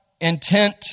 intent